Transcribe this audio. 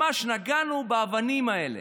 ממש נגענו באבנים האלה,